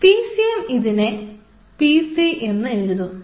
PCM ഇതിനെ PC എന്നും എഴുതാം